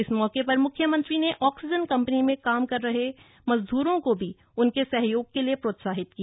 इस मौके पर मुख्यमंत्री ने ऑक्सीजन कंपनी में काम कर रहे हैं मजद्रों को भी उनके सहयोग के लिए प्रोत्साहित किया